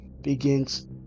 begins